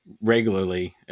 regularly